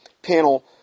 panel